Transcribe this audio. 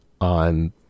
on